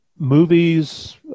Movies